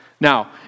Now